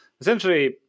Essentially